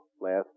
last